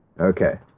Okay